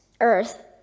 earth